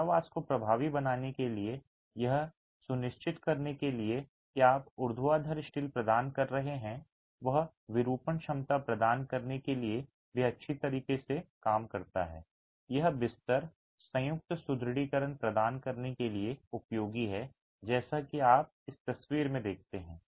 कारावास को प्रभावी बनाने के लिए और यह सुनिश्चित करने के लिए कि आप जो ऊर्ध्वाधर स्टील प्रदान कर रहे हैं वह विरूपण क्षमता प्रदान करने के लिए भी अच्छी तरह से काम करता है यह बिस्तर संयुक्त सुदृढीकरण प्रदान करने के लिए उपयोगी है जैसा कि आप इस तस्वीर में देखते हैं